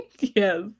Yes